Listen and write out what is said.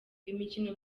imikino